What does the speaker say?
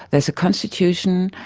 there is a constitution,